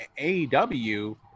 AEW